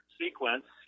sequence